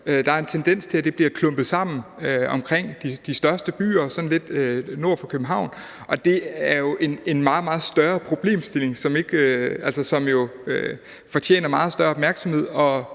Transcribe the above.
er en tendens til, at det bliver klumpet sammen omkring de største byer sådan lidt nord for København, og det er jo en meget, meget større problemstilling, som fortjener meget større opmærksomhed.